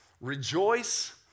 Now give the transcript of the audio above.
Rejoice